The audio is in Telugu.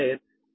కనుక 0